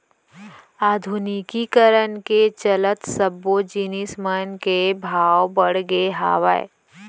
आधुनिकीकरन के चलत सब्बो जिनिस मन के भाव बड़गे हावय